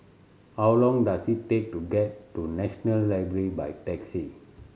how long does it take to get to National Library by taxi